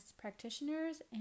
practitioners